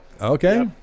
Okay